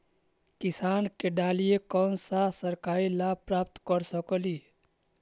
किसान के डालीय कोन सा सरकरी लाभ प्राप्त कर सकली?